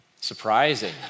Surprising